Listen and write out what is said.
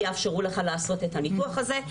יאפשרו לך לעשות את הניתוח הזה.